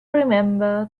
remember